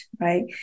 right